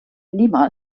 lima